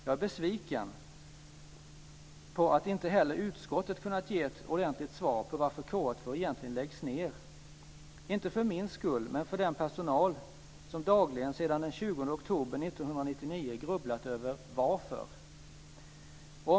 Jag är besviken på att inte heller utskottet kunnat ge ett ordentligt svar på varför KA 2 egentligen läggs ned, inte för min skull, men för den personal som dagligen sedan den 20 oktober 1999 grubblat över varför det sker.